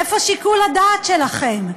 איפה שיקול הדעת שלכם עכשיו?